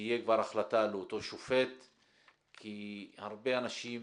שתהיה כבר החלטה לאותו שופט כי הרבה אנשים,